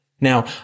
Now